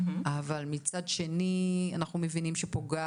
אבל מצד שני אנחנו מבינים שהוא פוגע